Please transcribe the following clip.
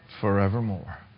forevermore